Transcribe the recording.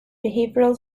behavioral